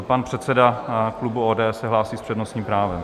Pan předseda klubu ODS se hlásí s přednostním právem.